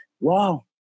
wow